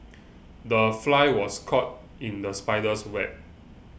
the fly was caught in the spider's web